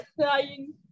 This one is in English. crying